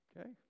okay